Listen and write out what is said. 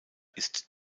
ist